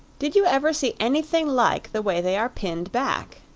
did you ever see anything like the way they are pinned back?